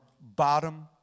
bottom